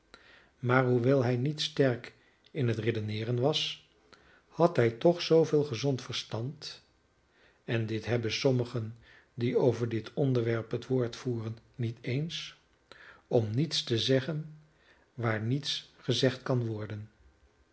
maar hoewel hij niet sterk in het redeneeren was had hij toch zooveel gezond verstand en dit hebben sommigen die over dit onderwerp het woord voeren niet eens om niets te zeggen waar niets gezegd kan worden